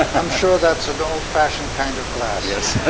i'm sure that's an old-fashioned kind of glass. yes,